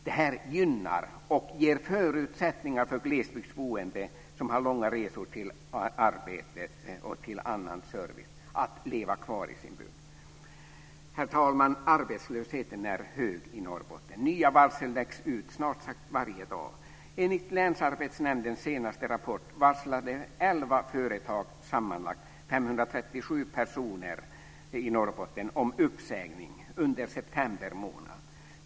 Det här gynnar och ger förutsättningar för glesbygdsboende som har långa resor till arbetet och till service att leva kvar i sin bygd. Herr talman! Arbetslösheten är hög i Norrbotten. Nya varsel läggs snart sagt varje dag. Enligt länsarbetsnämndens senaste rapport varslade sammanlagt elva företag 537 personer i Norrbotten om uppsägning under september månad.